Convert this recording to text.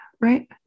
right